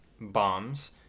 bombs